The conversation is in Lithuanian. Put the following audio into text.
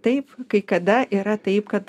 taip kai kada yra taip kad